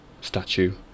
statue